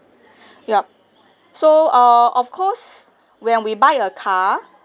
yup so err of course when we buy a car